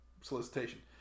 solicitation